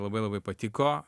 labai labai patiko